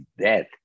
death